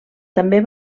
també